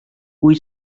kui